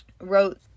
wrote